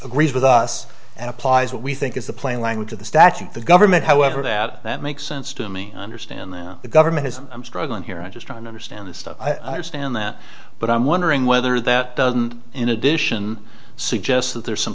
agrees with us and applies what we think is the plain language of the statute the government however that that makes sense to me i understand that the government is i'm struggling here i just don't understand the stuff i understand that but i'm wondering whether that doesn't in addition suggest that there's some